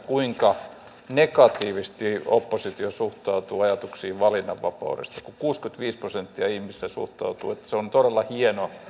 kuinka negatiivisesti oppositio suhtautuu ajatuksiin valinnanvapaudesta kun kuusikymmentäviisi prosenttia ihmisistä suhtautuu että se on todella hieno